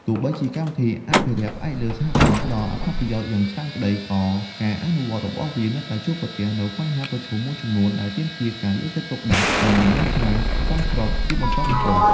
ទោះបីជាកម្មវិធីអភិរក្សផ្អែកលើសហគមន៍ ផ្ដល់អត្ថប្រយោជន៍យ៉ាងច្រើនក្ដី ក៏ការអនុវត្តរបស់វានៅតែជួបប្រទះនូវបញ្ហាប្រឈមមួយចំនួន ដែលទាមទារការយកចិត្តទុកដាក់ និងដំណោះស្រាយសមស្របជាបន្តបន្ទាប់។